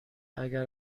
اگر